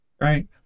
Right